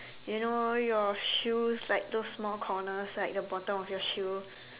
you know your shoes like those small corners like the bottom of your shoe